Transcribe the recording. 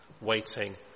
waiting